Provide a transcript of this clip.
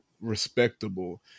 respectable